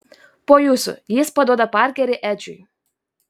po jūsų jis paduoda parkerį edžiui